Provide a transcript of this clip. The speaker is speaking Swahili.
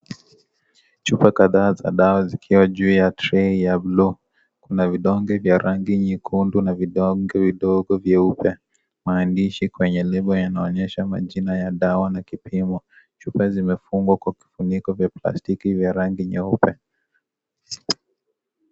Chupa kadhaa za dawa zikiwa juu ya trey ya bluu. Kuna vidonge vya rangi nyekundu na vidonge vidogo vyeupe. Maandishi kwenye lebo yanaonyesha majina ya dawa na kipimo. Chupa zimefungwa kwa kifuniko vya plastiki vya rangi nyeupe.